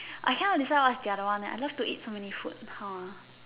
I cannot decide what's the other one leh I love to eat so many food !huh!